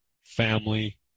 family